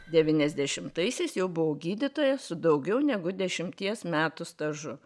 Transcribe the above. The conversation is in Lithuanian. devyniasdešimtaisiais jau buvau gydytoja su daugiau negu dešimties metų stažu